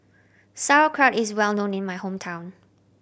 sauerkraut is well known in my hometown